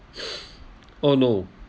oh no